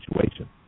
situation